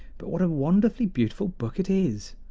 but what a wonderfully beautiful book it is!